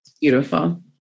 Beautiful